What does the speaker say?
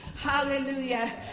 Hallelujah